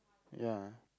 ya